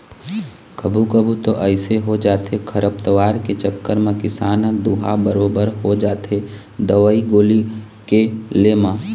कभू कभू तो अइसे हो जाथे खरपतवार के चक्कर म किसान ह दूहाय बरोबर हो जाथे दवई गोली के ले म